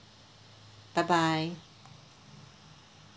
bye bye